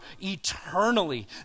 eternally